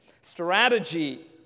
strategy